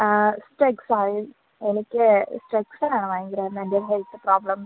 സ്ട്രെക്സായ് എനിക്ക് സ്ട്രെക്സാണ് ഭയങ്കര മെൻ്റൽ ഹെൽത്ത് പ്രോബ്ലെംസ്